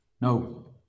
No